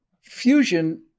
Fusion